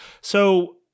So-